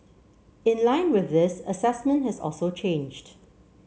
in line with this assessment has also changed